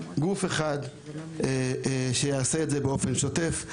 אלא גוף אחד שיעשה את זה באופן שוטף.